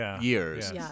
years